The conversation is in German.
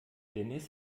dennis